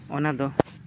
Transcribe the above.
ᱚᱱᱟᱫᱚ